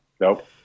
Nope